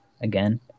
again